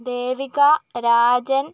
Devika Rajan